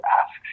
ask